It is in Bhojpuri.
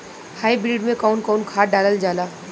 हाईब्रिड में कउन कउन खाद डालल जाला?